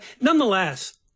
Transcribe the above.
Nonetheless